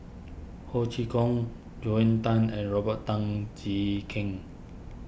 Ho Chee Kong Joel Tan and Robert Tan Jee Keng